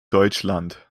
deutschland